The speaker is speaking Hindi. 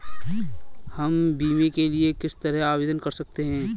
हम बीमे के लिए किस तरह आवेदन कर सकते हैं?